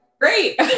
great